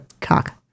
cock